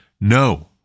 No